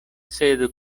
sed